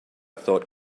thought